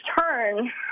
turn